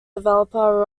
developer